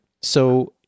So-